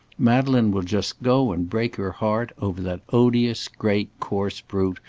madeleine will just go and break her heart over that odious, great, coarse brute,